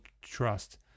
trust